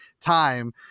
time